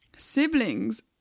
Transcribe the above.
siblings